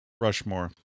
Rushmore